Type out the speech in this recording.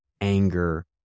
anger